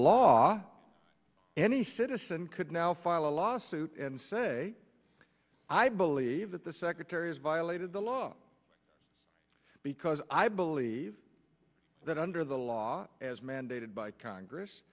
law any citizen could now file a lawsuit and say i believe that the secretary has violated the law because i believe that under the law as mandated by congress